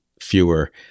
fewer